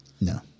No